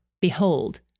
behold